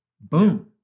Boom